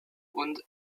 und